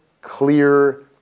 clear